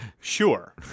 sure